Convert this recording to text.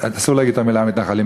אסור להגיד את המילה מתנחלים,